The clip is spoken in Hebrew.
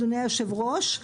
אדוני היושב-ראש,